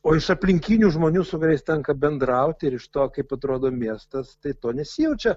o iš aplinkinių žmonių su kuriais tenka bendrauti ir iš to kaip atrodo miestas tai to nesijaučia